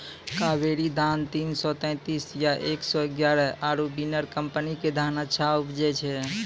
कावेरी धान तीन सौ तेंतीस या एक सौ एगारह आरु बिनर कम्पनी के धान अच्छा उपजै छै?